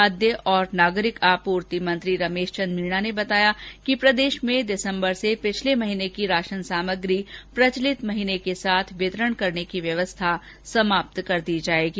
खाद्य और नागरिक आपूर्ति मंत्री रमेश चन्द मीना ने बताया कि प्रदेश में दिसम्बर माह से पिछले माह की राशन सामग्री प्रचलित माह के साथ वितरण करने की व्यवस्था समाप्त कर दी जायेगी